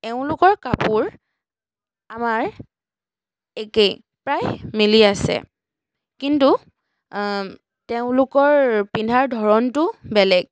এওঁলোকৰ কাপোৰ আমাৰ একেই প্ৰায় মিলি আছে কিন্তু তেওঁলোকৰ পিন্ধাৰ ধৰণটো বেলেগ